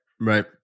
Right